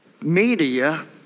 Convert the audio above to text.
media